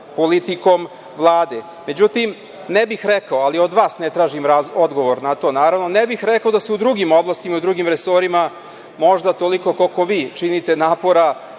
politikom Vlade. Međutim, ne bih rekao, ali od vas ne tražim odgovor na to, naravno, ne bih rekao da se u drugim oblastima i u drugim resorima, možda ne toliko koliko vi činite napora,